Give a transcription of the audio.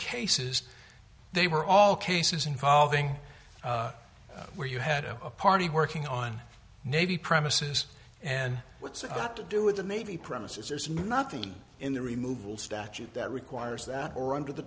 cases they were all cases involving where you had a party working on navy premises and what's it got to do with the navy premises there's nothing in the removal statute that requires that or under the